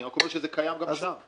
אני רק אומר שזה קיים גם שם.